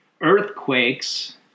earthquakes